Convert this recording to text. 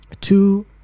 two